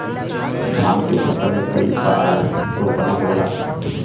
धान के फसल मे कई बार रोपनी होला?